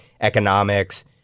economics